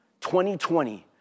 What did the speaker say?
2020